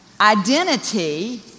identity